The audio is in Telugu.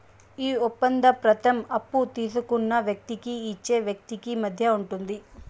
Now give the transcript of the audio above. ఈ ఒప్పంద పత్రం అప్పు తీసుకున్న వ్యక్తికి ఇచ్చే వ్యక్తికి మధ్య ఉంటుంది